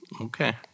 Okay